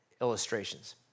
illustrations